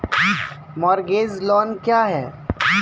Mortgage loan क्या है?